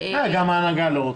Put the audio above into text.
גם ההנהגה לא רוצה.